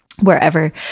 wherever